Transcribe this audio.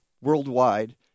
worldwide